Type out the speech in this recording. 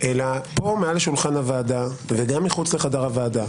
פה מעל שולחן הוועדה וגם מחוץ לחדר הוועדה